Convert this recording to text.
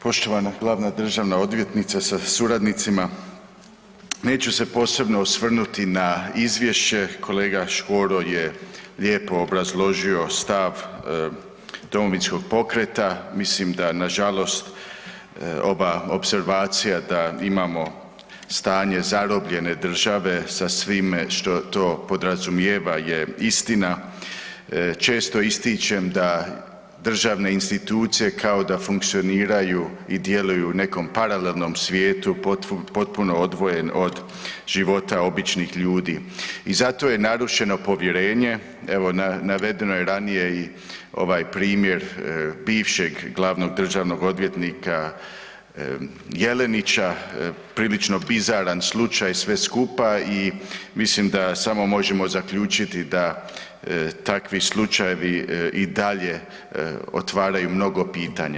Poštovana glavna državna odvjetnica sa suradnicima, neću se posebno osvrnuti na izvješće kolega Škoro je lijepo obrazloži stav Domovinskog pokreta, mislim da nažalost ova opservacija da imamo stanje zarobljene države sa svime što to podrazumijeva je istina, često ističem da državne institucije kao da funkcioniraju i djeluju u nekom paralelnom svijetu, potpuno odvojen od života običnih ljudi i zato je narušeno povjerenje, evo navedeno je ranije i ovaj primjer bivšeg glavnog državnog odvjetnika Jelenića, prilično bizaran slučaj sve skupa i mislim da samo možemo zaključiti da takvi slučajevi i dalje otvaraju mnogo pitanja.